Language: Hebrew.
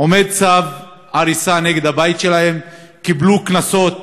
עומד צו הריסה כנגד הבית שלהם, קיבלו קנסות